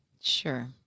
Sure